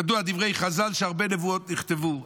ידועים דברי חז"ל שהרבה נבואות נכתבו.